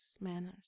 manners